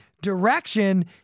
direction